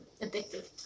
Addictive